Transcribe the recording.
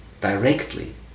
directly